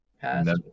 Past